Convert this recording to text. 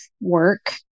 work